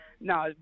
no